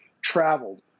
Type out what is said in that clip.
traveled